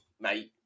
mate